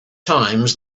times